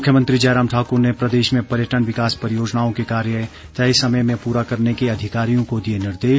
मुख्यमंत्री जयराम ठाकुर ने प्रदेश में पर्यटन विकास परियोजनाओं के कार्य तय समय में पूरा करने के अधिकारियों को दिए निर्देश